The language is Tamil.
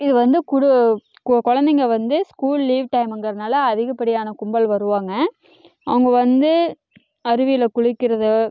இது வந்து குழு குழந்தைங்க வந்து ஸ்கூல் லீவ் டைமுங்கிறதுனால அதிகப்படியான கும்பல் வருவாங்க அவங்க வந்து அருவியில் குளிக்கிறது